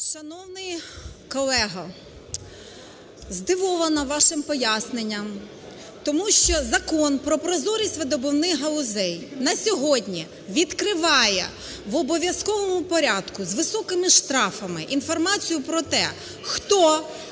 Шановний колего, здивована вашим поясненням, тому що Закон про прозорість видобувних галузей на сьогодні відкриває в обов'язковому порядку з високими штрафами інформацію про те, хто,